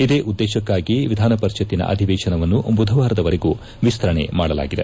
ಇದೇ ಉದ್ದೇಶಕ್ತಾಗಿ ವಿಧಾನಪರಿಷತ್ತಿನ ಅಧಿವೇಶನವನ್ನು ಬುಧವಾರದವರೆಗೂ ವಿಸ್ತರಣೆ ಮಾಡಲಾಗಿದೆ